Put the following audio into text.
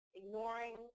ignoring